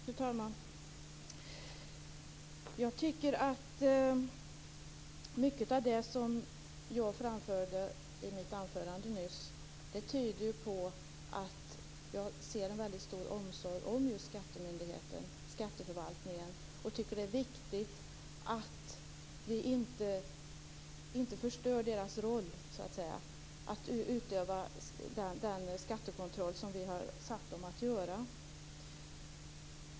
Fru talman! Jag tycker att mycket av det som jag framförde i mitt anförande nyss tyder på att jag känner en väldig omsorg om skattemyndigheterna och Skatteförvaltningen. Det är viktigt att vi inte förstör deras roll, att utöva den skattekontroll som vi har satt dem att göra.